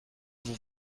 vous